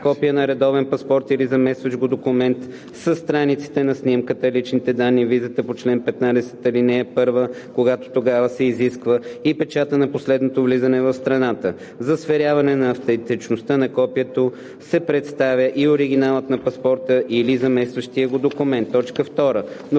копие на редовен паспорт или заместващ го документ със страниците на снимката, личните данни, визата по чл. 15, ал. 1, когато такава се изисква, и печата за последното влизане в страната; за сверяване на автентичността на копието се представя и оригиналът на паспорта или заместващият го документ;